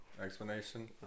explanation